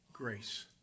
Grace